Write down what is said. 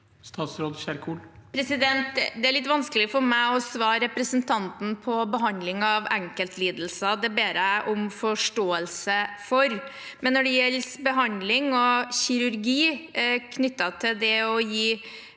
Ingvild Kjerkol Det er litt vans- kelig for meg å svare representanten på behandling av enkeltlidelser, og det ber jeg om forståelse for. Når det gjelder behandling og kirurgi knyttet til det å gi